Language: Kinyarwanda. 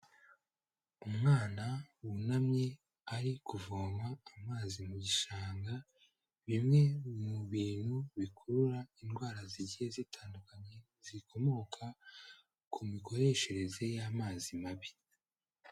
Umwana wunamye ari kuvoma amazi mu gishanga, bimwe mu bintu bikurura indwara zigiye zitandukanye, zikomoka ku mikoreshereze y'amazi mabi.